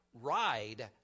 ride